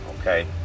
okay